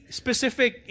specific